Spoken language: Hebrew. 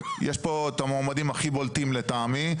יש פה את המועמדים הכי בולטים לטעמי.